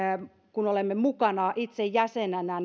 olemme mukana itse jäsenenä